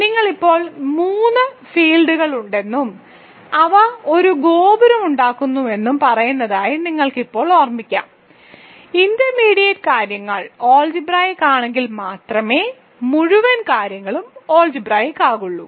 നിങ്ങൾക്ക് ഇപ്പോൾ മൂന്ന് ഫീൽഡുകളുണ്ടെന്നും അവ ഒരു ഗോപുരം ഉണ്ടാക്കുന്നുവെന്നും പറയുന്നതായി നിങ്ങൾക്ക് ഇപ്പോൾ ഓർമിക്കാം ഇന്റർമീഡിയറ്റ് കാര്യങ്ങൾ അൾജിബ്രായിക്ക് ആണെങ്കിൽ മാത്രമേ മുഴുവൻ കാര്യങ്ങളും അൾജിബ്രായിക്ക് ആകൂ